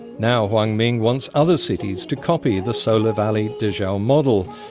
now huang ming wants other cities to copy the solar valley-dezhou model.